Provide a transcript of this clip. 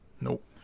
Nope